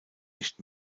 nicht